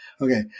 Okay